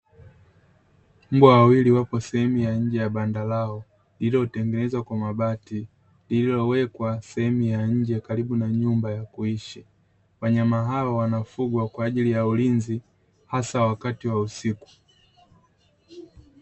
Mbwa wawili wako sehemu ya nje ya banda lao lililotengenezwa kwa mabati lililowekwa sehemu ya nje karibu na nyumba ya kuishi wanyama hao wanafugwa kwa ajili ya ulinzi hasa wakati wa usiku.